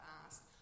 asked